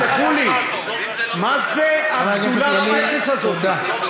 תסלחו לי, מה זה הגדולת-נפש הזאת?